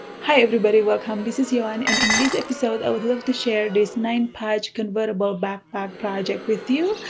hi everybody welcome this is yoan and in this episode i would love to share this nine-patch convertible backpack project with you.